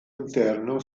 interno